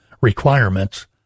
requirements